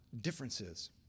differences